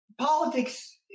politics